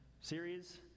series